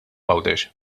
għawdex